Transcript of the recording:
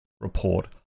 Report